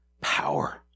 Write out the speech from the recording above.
Power